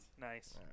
Nice